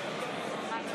רון כץ,